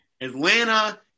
Atlanta